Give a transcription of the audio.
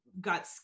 got